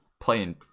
playing